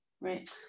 right